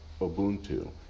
Ubuntu